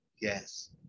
yes